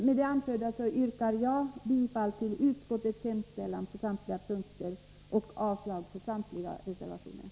Med det anförda yrkar jag bifall till utskottets hemställan på samtliga punkter och avslag på samtliga reservationer.